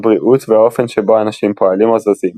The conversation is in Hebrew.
הבריאות והאופן שבו אנשים פועלים או זזים